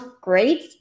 great